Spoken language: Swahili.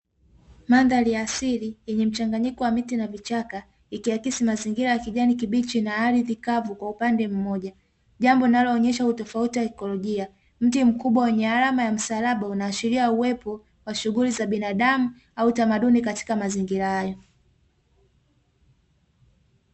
Mandhari ya asili yenye mchanganyiko wa miti na vichaka ikiakisi mazingira ya kijani kibichi na ardhi kavu kwa upande mmoja, jambo linaloonyesha utofauti wa ekolojia. Mti mkubwa wenye alama ya msalaba unaashiria uwepo wa shughuli za binadamu au tamaduni katika mazingira hayo.